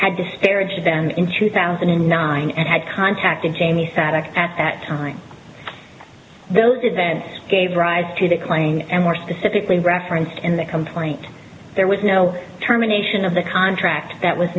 had disparaged them in two thousand and nine and had contacted jamie sadeq at that time those events gave rise to the claim and more specifically referenced in the complaint there was no terminations of the contract that was